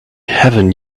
heaven